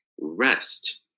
Rest